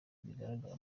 bigaragara